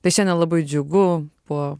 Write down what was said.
tai šiandien labai džiugu po